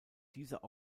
dieser